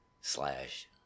slash